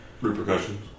Repercussions